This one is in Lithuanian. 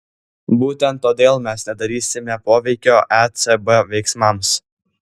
būtent todėl mes nedarysime poveikio ecb veiksmams